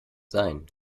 sein